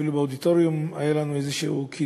אפילו באודיטוריום היה לנו כינוס.